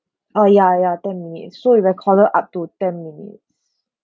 oh ya ya ten minutes so it recorded up to ten minutes